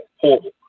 Horrible